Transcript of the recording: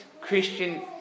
Christian